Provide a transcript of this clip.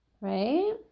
right